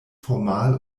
formal